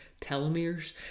telomeres